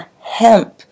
hemp